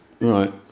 right